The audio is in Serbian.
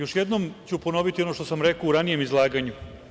Još jednom ću ponoviti ono što sam rekao u ranijem izlaganju.